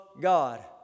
God